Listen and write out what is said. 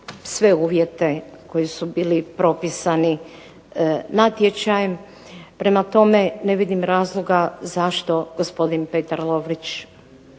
sve uvjete koji su bili propisani natječajem, prema tome ne vidim razloga zašto gospodin Petar Lovrić